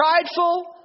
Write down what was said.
prideful